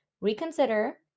reconsider